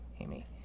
Amy